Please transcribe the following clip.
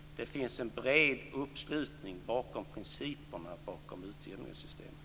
Det finns en bred uppslutning bakom principerna i utjämningssystemet.